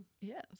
Yes